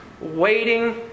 waiting